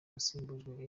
yasimbujwe